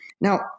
Now